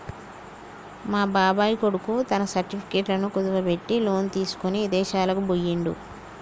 మా బాబాయ్ కొడుకు తన సర్టిఫికెట్లను కుదువబెట్టి లోను తీసుకొని ఇదేశాలకు బొయ్యిండు